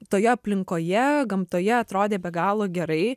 toje aplinkoje gamtoje atrodė be galo gerai